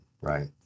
right